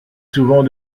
souvent